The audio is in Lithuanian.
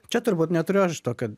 čia turbūt neturiu aš tokio